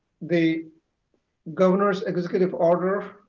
the governor's executive order